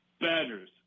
Badgers